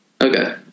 Okay